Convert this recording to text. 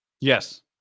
Yes